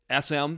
SM